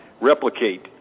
replicate